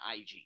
IG